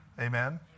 Amen